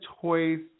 toys